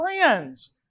friends